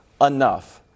enough